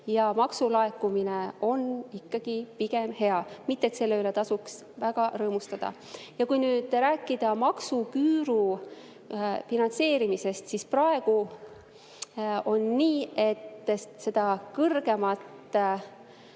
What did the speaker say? ja maksulaekumine on ikkagi pigem hea. Mitte et selle üle tasuks väga rõõmustada. Ja kui nüüd rääkida maksuküüru finantseerimisest, siis praegu on nii, et see kõrgem